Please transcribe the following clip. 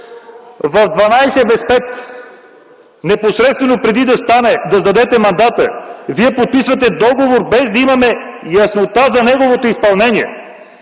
без пет минути, непосредствено преди да сдадете мандата, вие подписвате договор без да имаме яснота за неговото изпълнение